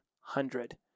hundred